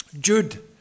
Jude